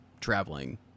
traveling